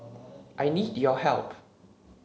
I need your help